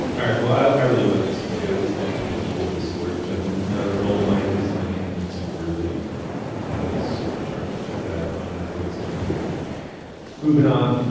all right. well i really like this movie i just like being told this story which i didn't know dolomite is my name it's really kind of super charming check it out on netflix in the theater moving on